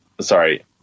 sorry